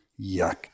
Yuck